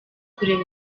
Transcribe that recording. kureba